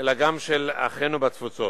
אלא גם של אחינו בתפוצות.